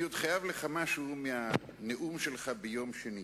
אני עוד חייב לך משהו מהנאום שלך ביום שני.